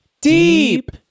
Deep